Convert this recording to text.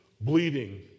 bleeding